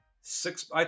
six